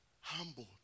humbled